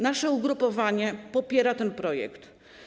Nasze ugrupowanie popiera ten projekt.